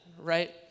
right